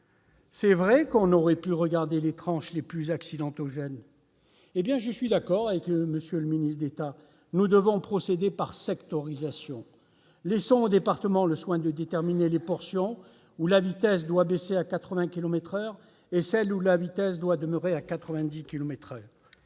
C'est vrai qu'on aurait pu regarder les tranches les plus accidentogènes ». Eh bien, je suis d'accord avec M. le ministre d'État : nous devons procéder par sectorisation. Laissons aux départements le soin de déterminer les portions où la vitesse doit être baissée à 80 kilomètres par heure et celles où la vitesse doit demeurer à 90 kilomètres